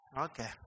Okay